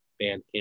bandcamp